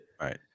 Right